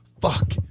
fuck